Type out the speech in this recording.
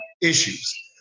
issues